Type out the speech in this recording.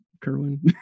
Kerwin